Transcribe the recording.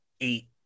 eight